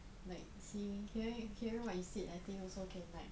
like see hearing hearing what you said I think also can like